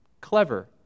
clever